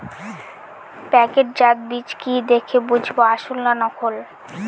প্যাকেটজাত বীজ কি দেখে বুঝব আসল না নকল?